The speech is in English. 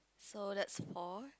so that's four